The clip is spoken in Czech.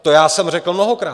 To já jsem řekl mnohokrát.